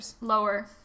Lower